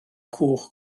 cwch